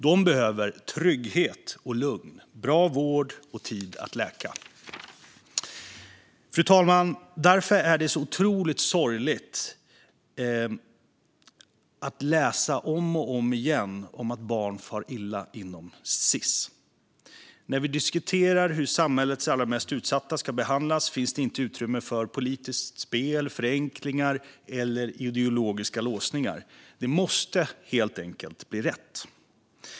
De behöver trygghet och lugn, bra vård och tid att läka. Fru talman! Därför är det så otroligt sorgligt att om och om igen läsa om att barn far illa inom Sis. När vi diskuterar hur samhällets allra mest utsatta ska behandlas finns det inte utrymme för politiskt spel, förenklingar eller ideologiska låsningar. Det måste helt enkelt bli rätt.